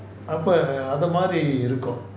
அப்போ அது மாரி இருக்கும்:appo athu maari irukum